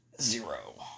zero